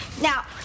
Now